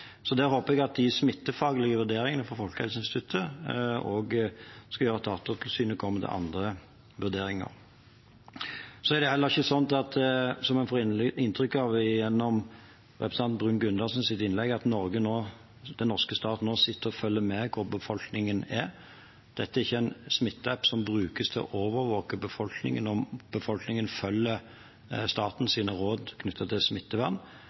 Så der håper jeg at de smittefaglige vurderingene fra Folkehelseinstituttet også skal gjøre at Datatilsynet kommer til andre vurderinger. Så er det heller ikke sånn, som en får inntrykk av gjennom representanten Bruun-Gundersens innlegg, at den norske stat nå sitter og følger med på hvor befolkningen er. Dette er ikke en Smittestopp-app som brukes til å overvåke befolkningen, om befolkningen følger statens råd knyttet til